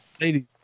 Ladies